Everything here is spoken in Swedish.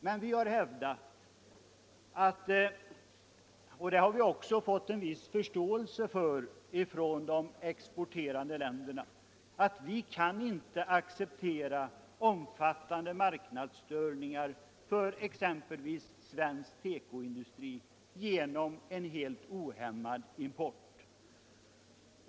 Men vi har hävdat — och det har vi också fått viss förståelse för i de exporterande länderna — att vi inte kan acceptera omfattande marknadsstörningar för exempelvis den svenska tekoindustrin genom en helt ohämmad import.